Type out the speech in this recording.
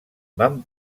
van